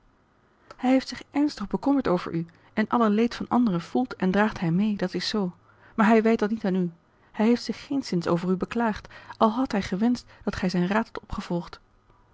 hij heeft zich ernstig bekommerd over u en alle leed van anderen voelt en draagt hij meê dat is zoo maar hij wijt dat niet aan u hij heeft zich geenszins over u beklaagd al had hij gewenscht dat gij zijn raad hadt opgevolgd